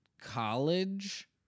college